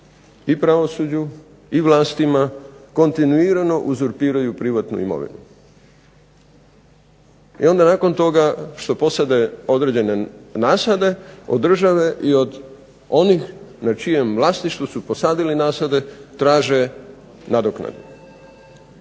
i pravosuđu i vlastima kontinuirano uzurpiraju privatnu imovinu. I onda nakon toga što posade određene nasade od države i od onih na čijem vlasništvu su posadili nasade traže nadoknadu.